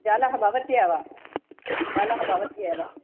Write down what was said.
जालः भवत्येव जालः भवत्येव